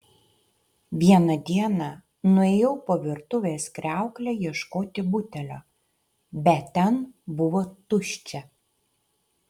vieną dieną nuėjau po virtuvės kriaukle ieškoti butelio bet ten buvo tuščia